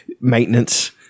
Maintenance